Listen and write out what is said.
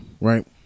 right